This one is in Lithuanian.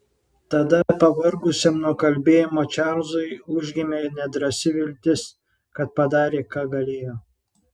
tada pavargusiam nuo kalbėjimo čarlzui užgimė nedrąsi viltis kad padarė ką galėjo